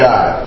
God